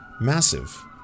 massive